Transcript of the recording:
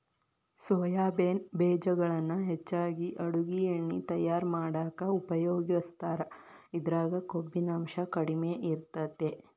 soybean ಬೇಜಗಳನ್ನ ಹೆಚ್ಚಾಗಿ ಅಡುಗಿ ಎಣ್ಣಿ ತಯಾರ್ ಮಾಡಾಕ ಉಪಯೋಗಸ್ತಾರ, ಇದ್ರಾಗ ಕೊಬ್ಬಿನಾಂಶ ಕಡಿಮೆ ಇರತೇತಿ